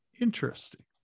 Interesting